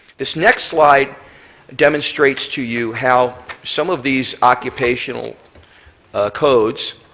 this next slide demonstrates to you how some of these occupational codes